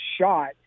shot